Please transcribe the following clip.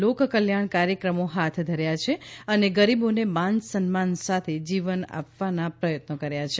લોકકલ્યાણ કાર્યક્રમો હાથ ધર્યા છે અને ગરીબોને માન સન્માન સાથે જીવન આપવાના પ્રયત્નો કર્યા છે